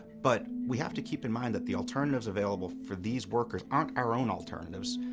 but we have to keep in mind that the alternatives available for these workers aren't our own alternatives,